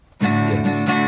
yes